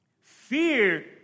Fear